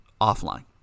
offline